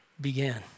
began